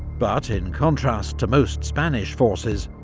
but in contrast to most spanish forces,